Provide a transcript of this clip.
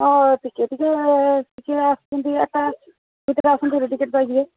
ହଁ ଟିକେ ଟିକେ ଆସୁଛନ୍ତି ଆଠଟା ଭିତରେ ଆସନ୍ତୁ ବାହାରି ଟିକେଟ୍ ପାଇଯିବେ